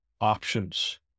options